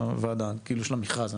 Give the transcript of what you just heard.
לוועדה, כלומר את המכרז.